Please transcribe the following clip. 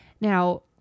now